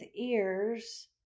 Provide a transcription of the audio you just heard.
ears